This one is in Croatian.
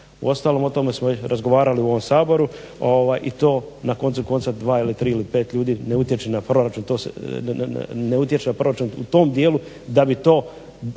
Uostalom o tome smo već razgovarali u ovom Saboru i to na koncu konca 2 ili 3 ili 5 ljudi ne utječe na proračun u tom dijelu da bi to